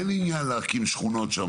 אין לי עניין להקים שם שכונות,